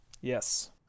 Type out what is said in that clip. Yes